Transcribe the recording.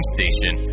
Station